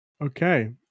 Okay